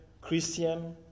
Christian